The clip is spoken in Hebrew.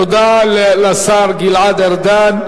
תודה לשר גלעד ארדן.